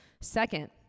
Second